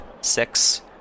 Six